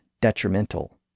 detrimental